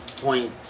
point